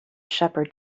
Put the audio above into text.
shepherd